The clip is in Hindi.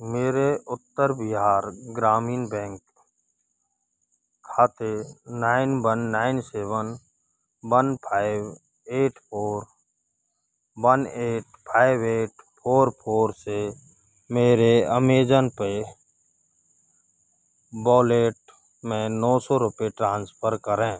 मेरे उत्तर बिहार ग्रामीण बैंक खाते nine one nine seven one five eight four one eight five eight four four से मेरे अमेजन पे बॉलेट में नौ सौ रुपये ट्रांसफ़र करें